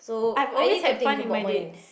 I've always have fun in my dates